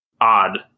odd